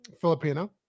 Filipino